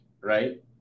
right